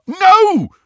No